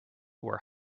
where